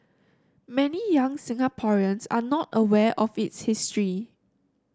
many young Singaporeans are not aware of its history